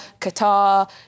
Qatar